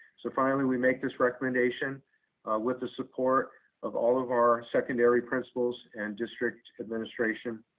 so finally, we make this recommendation with the support of all of our secondary principals and district administration.